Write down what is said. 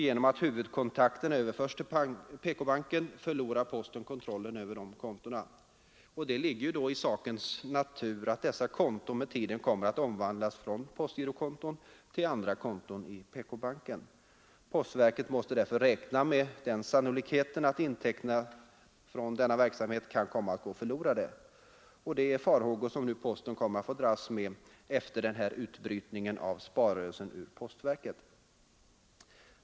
Genom att huvudkontakten överförs till PK-banken förlorar posten kontrollen över dessa konton. Det ligger i sakens natur att dessa konton med tiden kan komma att omvandlas från postgirokonton till andra konton i PK-banken. Postverket måste därför räkna med såsom sannolikt att intäkterna från denna del av verksamheten kan gå förlorade. Det är farhågor som posten kommer att få dras med efter utbrytningen av sparrörelsen ur postverket.